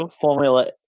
Formula